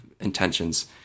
intentions